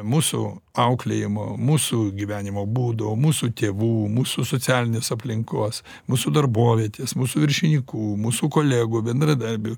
mūsų auklėjimo mūsų gyvenimo būdo mūsų tėvų mūsų socialinės aplinkos mūsų darbovietės mūsų viršinykų mūsų kolegų bendradarbių